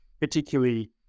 particularly